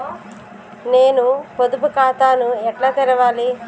నేను పొదుపు ఖాతాను ఎట్లా తెరవాలి?